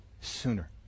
sooner